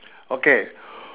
okay